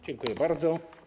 Dziękuję bardzo.